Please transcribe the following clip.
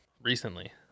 recently